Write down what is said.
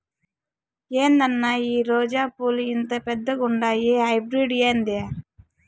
ఏందన్నా ఈ రోజా పూలు ఇంత పెద్దగుండాయి హైబ్రిడ్ ఏంది